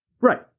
Right